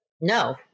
no